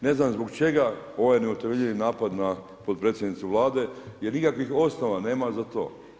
Ne znam zbog čega ovaj neutemeljni napad na potpredsjednicu Vlade jer nikakvih osnova nema za to.